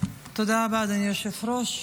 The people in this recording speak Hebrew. אדוני היושב-ראש.